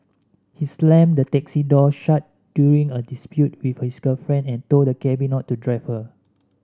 he slammed the taxi door shut during a dispute with his girlfriend and told the cabby not to drive her